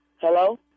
Hello